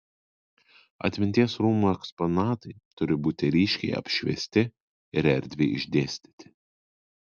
atminties rūmų eksponatai turi būti ryškiai apšviesti ir erdviai išdėstyti